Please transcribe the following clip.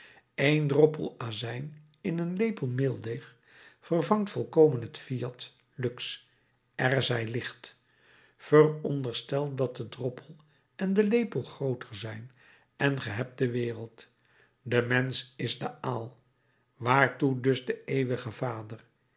een droppel azijn in een lepel meeldeeg vervangt volkomen het fiat lux er zij licht veronderstel dat de droppel en de lepel grooter zijn en ge hebt de wereld de mensch is de aal waartoe dus de eeuwige vader